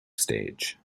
stage